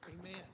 Amen